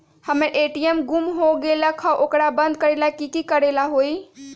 हमर ए.टी.एम गुम हो गेलक ह ओकरा बंद करेला कि कि करेला होई है?